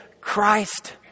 Christ